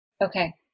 Okay